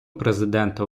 президента